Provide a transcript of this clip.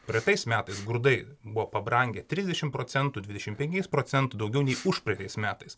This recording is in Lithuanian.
praeitais metais grūdai buvo pabrangę trisdešimt procentų dvidešimt penkiais procentų daugiau nei užpraeitais metais